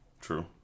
True